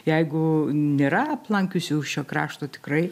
jeigu nėra aplankiusių šio krašto tikrai